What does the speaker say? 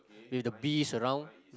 with the bees around